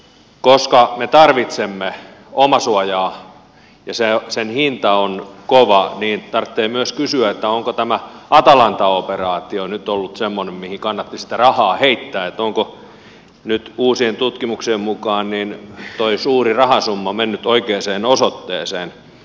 koska me tarvitsemme omasuojaa ja sen hinta on kova niin tarvitsee myös kysyä onko tämä atalanta operaatio nyt ollut semmoinen mihin kannatti sitä rahaa heittää onko nyt uusien tutkimuksien mukaan tuo suuri rahasumma mennyt oikeaan osoitteeseen